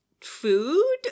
food